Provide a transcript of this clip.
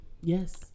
yes